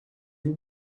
and